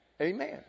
Amen